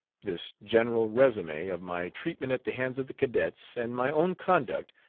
this general resume of my treatment at the hands of the cadets, and my own conduct,